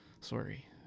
Sorry